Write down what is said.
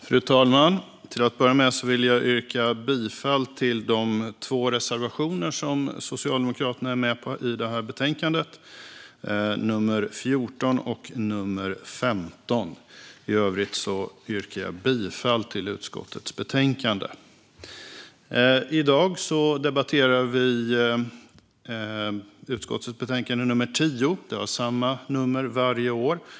Fru talman! Till att börja med vill jag yrka bifall till de två reservationer som Socialdemokraterna är med på i detta betänkande: nummer 14 och nummer 15. I övrigt yrkar jag bifall till förslaget i utskottets betänkande. I dag debatterar vi utskottets betänkande nummer 10. Det har samma nummer varje år.